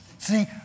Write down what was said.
See